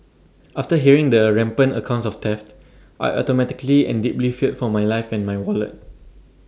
after hearing the rampant accounts of theft I automatically and deeply feared for my life and my wallet